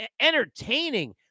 entertaining